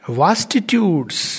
vastitudes